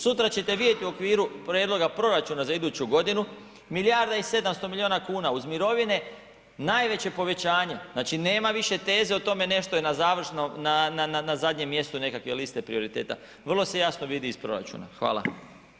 Sutra ćete vidjeti u okviru prijedloga proračuna za iduću godinu milijarda i 700 milijuna kuna uz mirovine, najveće povećanje, znači nema više teze o tome nešto je na završnom, na zadnjem mjestu nekakve liste prioriteta, vrlo se jasno vidi iz proračuna.